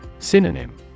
Synonym